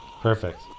Perfect